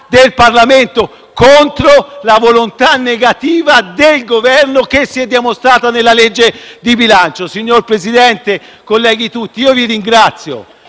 del Parlamento contro la volontà negativa che il Governo ha dimostrato nella legge di bilancio. Signor Presidente, colleghi tutti, vi ringrazio